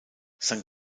san